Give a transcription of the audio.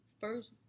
first